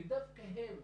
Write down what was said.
ודווקא הם,